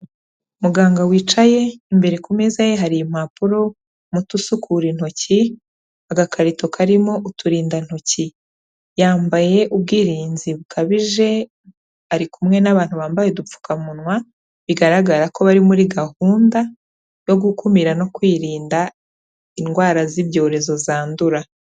Muganga wicaye, imbere ku meza ye hari impapuro, umuti usukura intoki, agakarito karimo uturindantoki. Yambaye ubwirinzi bukabije, ari kumwe n'abantu bambaye udupfukamunwa, bigaragara ko bari muri gahunda yo gukumira no kwirinda indwara z'ibyorezo zandura.